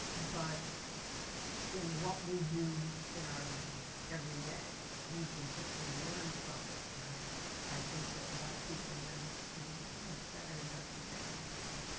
but in what we do in our every day, we can certainly learn from this. and like i think that a lot of people are now thinking about saturday's not so bad after all.